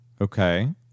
Okay